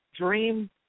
dream